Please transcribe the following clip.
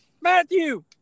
Matthew